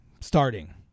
Starting